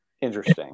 Interesting